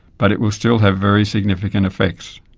but it will still have very significant effects.